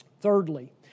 Thirdly